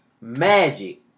Magic